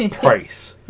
and price